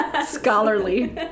Scholarly